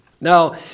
Now